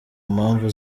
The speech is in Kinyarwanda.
mpamvu